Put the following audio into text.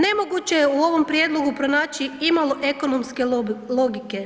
Nemoguće je u ovom prijedlogu pronaći imalo ekonomske logike.